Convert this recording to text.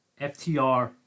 FTR